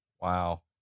Wow